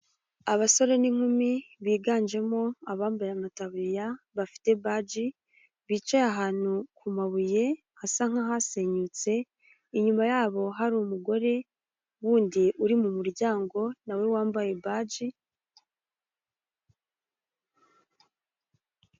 Abasore n'inkumi biganjemo abambaye amatabiririya, bafite baji bicaye ahantu ku mabuye, hasa nk'ahasenyutse, inyuma yabo hari umugore wundi uri mu muryango nawe wambaye baji.